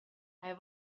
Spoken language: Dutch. hij